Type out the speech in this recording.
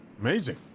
Amazing